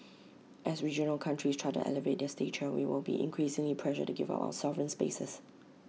as regional countries try to elevate their stature we will be increasingly pressured to give up our sovereign spaces